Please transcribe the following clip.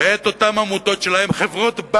ואת אותן עמותות שלהן חברות-בנות,